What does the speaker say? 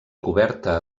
coberta